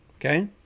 Okay